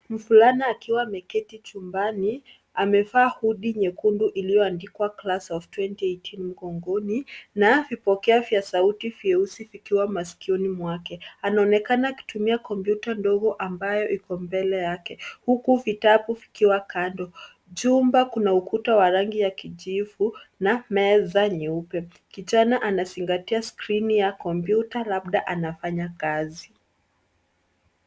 Mvulana akiwa ameketi chumbani amevaa hoodie nyekundu iliyoandikwa Class of 2018 Nunguni na vipokea sauti vyeusi vikiwa masikioni mwake. Anaonekana akitumia kompyuta ndogo ambayo iko mbele yake. Jumba kuna ukuta wa rangi ya kijivu na meza nyeupe. Kijana anazingatia skrini ya kompyuta labda anafanya kazi.